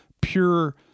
pure